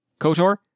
KOTOR